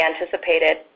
anticipated